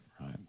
right